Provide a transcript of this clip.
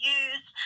use